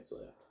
left